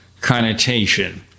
connotation